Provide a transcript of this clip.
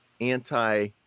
anti